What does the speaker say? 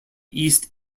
east